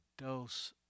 dose